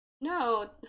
no